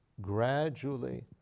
gradually